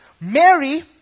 Mary